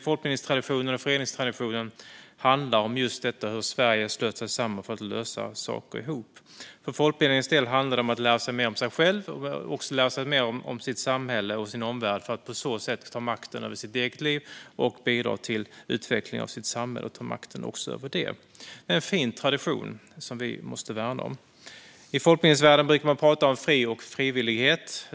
Folkbildnings och föreningstraditionen handlar just om hur Sverige slöt sig samman för att lösa saker ihop. För folkbildningens del handlar det om att lära sig mer om sig själv och också lära sig mer om samhället och sin omvärld för att på så sätt ta makten över sitt eget liv och bidra till utvecklingen av samhället och också ta makten över det. Det är en fin tradition som vi måste värna om. I folkbildningsvärlden brukar man tala om frihet och frivillighet.